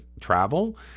travel